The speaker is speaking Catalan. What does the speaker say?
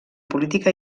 política